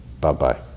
Bye-bye